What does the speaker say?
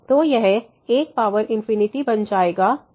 तो यह 1 बन जाएगा जो कि 0 है